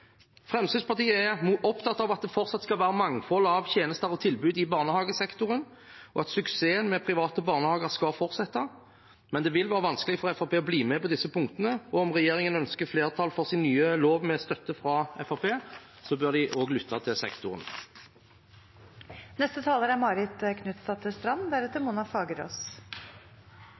Fremskrittspartiet er opptatt av at det fortsatt skal være mangfold av tjenester og tilbud i barnehagesektoren, og at suksessen med private barnehager skal fortsette. Men det vil være vanskelig for Fremskrittspartiet å bli med på disse punktene, og om regjeringen ønsker flertall for sin nye lov med støtte fra Fremskrittspartiet, bør de også lytte til sektoren.